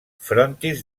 frontis